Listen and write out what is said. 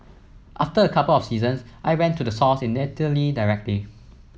after a couple of seasons I went to the source in Italy directly